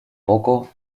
poco